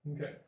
Okay